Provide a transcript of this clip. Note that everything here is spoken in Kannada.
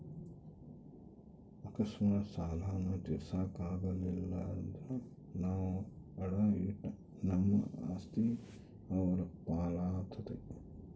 ಅಕಸ್ಮಾತ್ ಸಾಲಾನ ತೀರ್ಸಾಕ ಆಗಲಿಲ್ದ್ರ ನಾವು ಅಡಾ ಇಟ್ಟ ನಮ್ ಆಸ್ತಿ ಅವ್ರ್ ಪಾಲಾತತೆ